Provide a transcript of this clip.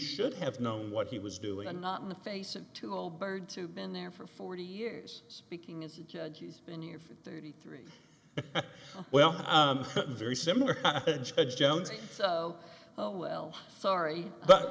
should have known what he was doing and not in the face and too little bird too been there for forty years speaking as a judge he's been here for thirty three well very similar jonesy so oh well sorry but